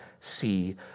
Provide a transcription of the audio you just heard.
see